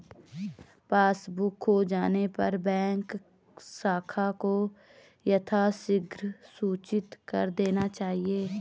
passbook खो जाने पर बैंक शाखा को यथाशीघ्र सूचित कर देना चाहिए